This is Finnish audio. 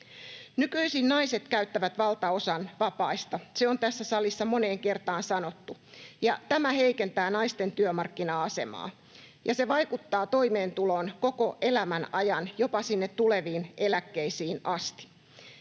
Nykyisin naiset käyttävät valtaosan vapaista, se on tässä salissa moneen kertaan sanottu. Tämä heikentää naisten työmarkkina-asemaa, ja se vaikuttaa toimeentuloon koko elämän ajan, jopa sinne tuleviin eläkkeisiin asti.